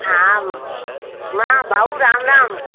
हा मां भाऊ राम राम